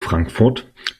frankfurt